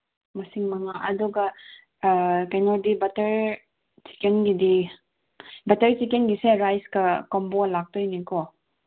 ꯃꯁꯤꯡ ꯃꯉꯥ ꯑꯗꯨꯒ ꯀꯩꯅꯣꯗꯤ ꯕꯇꯔ ꯆꯤꯀꯟꯒꯤꯗꯤ ꯕꯇꯔ ꯆꯤꯀꯟꯒꯤꯁꯦ ꯔꯥꯏꯁꯀ ꯀꯣꯝꯕꯣ ꯂꯥꯛꯇꯣꯏꯅꯤꯀꯣ